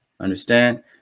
Understand